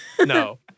No